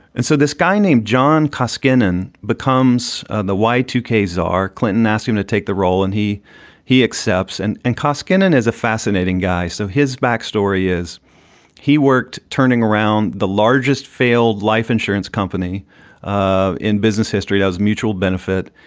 and so this guy named john koskinen becomes and the y two k czar. clinton asked him to take the role and he he accepts and and koskinen is a fascinating guy. so his backstory is he worked. turning around the largest failed life insurance company ah in business history does mutual benefit.